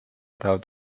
tahavad